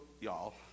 y'all